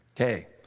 Okay